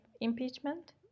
impeachment